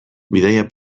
bidaia